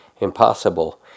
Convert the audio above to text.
impossible